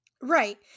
right